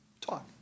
talk